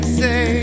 say